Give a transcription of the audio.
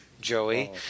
Joey